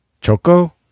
choco